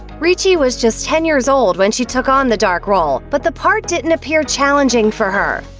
ricci was just ten years old when she took on the dark role, but the part didn't appear challenging for her.